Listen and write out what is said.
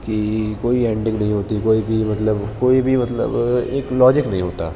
کہ کوئی اینڈنگ نہیں ہوتی کوئی بھی مطلب کوئی بھی مطلب ایک لاجک نہیں ہوتا